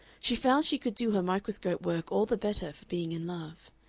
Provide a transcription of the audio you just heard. she found she could do her microscope work all the better for being in love.